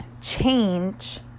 change